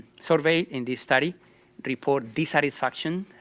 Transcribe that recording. surveyed in this study report dissatisfaction